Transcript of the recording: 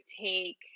take